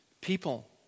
people